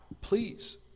Please